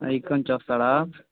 ఇక్కడ నుంచి వస్తాడా